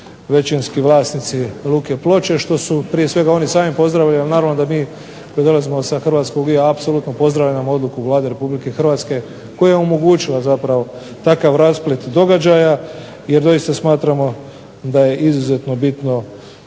većinski vlasnici luke Ploče što su prije svega oni sami pozdravili, a naravno da mi koji dolazimo sa hrvatskog juga apsolutno pozdravljamo odluku Vlade Republike Hrvatske koja je omogućila zapravo takav rasplet događaja jer doista smatramo da je izuzetno bitno